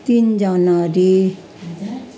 तिन जनवरी